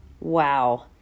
Wow